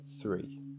three